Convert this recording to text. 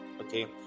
Okay